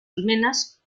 almenas